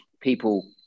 people